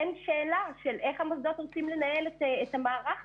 אין שאלה של איך המוסדות רוצים לנהל את המערך הזה.